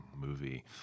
movie